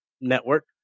network